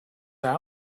out